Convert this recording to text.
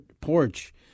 porch